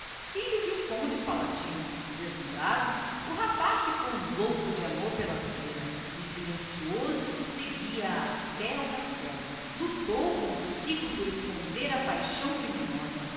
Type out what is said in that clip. íilho de um conde palatino deslumbrado o rapaz ficou louco de amor pela freira e silencioso seguia a até ao castello lutou comsigo por esconder a paixão criminosa